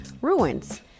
ruins